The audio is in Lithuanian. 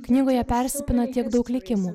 knygoje persipina tiek daug likimų